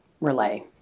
relay